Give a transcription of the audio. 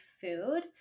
food